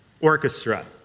orchestra